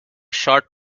short